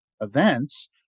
events